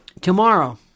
tomorrow